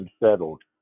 unsettled